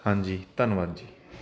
ਹਾਂਜੀ ਧੰਨਵਾਦ ਜੀ